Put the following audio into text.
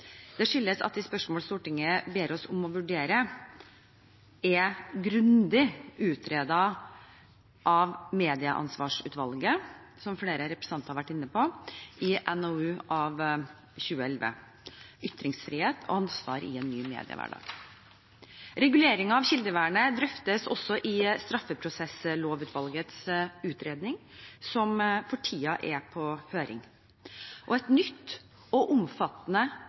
Det skyldes at de spørsmål Stortinget ber oss om å vurdere, er grundig utredet av Medieansvarsutvalget – som flere representanter har vært inne på – i NOU 2011:12 Ytringsfrihet og ansvar i en ny mediehverdag. Reguleringen av kildevernet drøftes også i Straffeprosesslovutvalgets utredning, som for tiden er på høring. Et nytt og omfattende